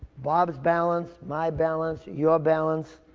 barbara's balance, my balance, your balance,